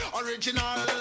original